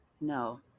No